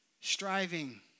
striving